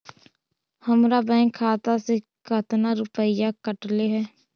हमरा बैंक खाता से कतना रूपैया कटले है?